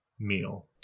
meal